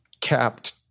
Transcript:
capped